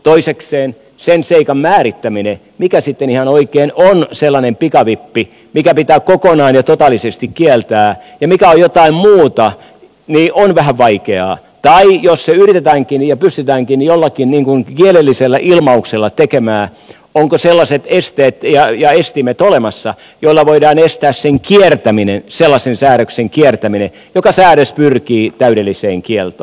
toisekseen sen seikan määrittäminen mikä sitten ihan oikein on sellainen pikavippi mikä pitää kokonaan ja totaalisesti kieltää ja mikä on jotain muuta on vähän vaikeaa tai jos se yritetäänkin ja pystytäänkin jollakin kielellisellä ilmauksella tekemään ovatko sellaiset esteet ja estimet olemassa joilla voidaan estää sen kiertäminen sellaisen säädöksen kiertäminen joka säädös pyrkii täydelliseen kieltoon